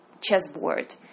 chessboard